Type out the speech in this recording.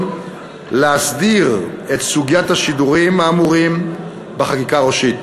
להסדיר את סוגיית השידורים האמורים בחקיקה ראשית.